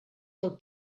del